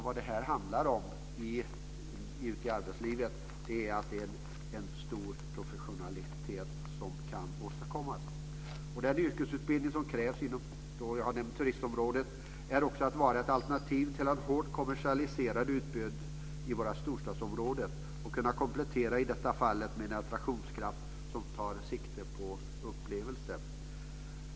Vad det handlar om i arbetslivet är att det krävs en stor professionalitet. Yrkesutbildningen inom turistområdet ska också vara ett alternativ till ett hårt kommersialiserat utbud i våra storstadsområden. Den ska också kunna komplettera med en attraktionskraft som tar sikte på upplevelser.